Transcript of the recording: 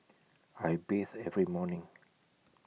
I bathe every morning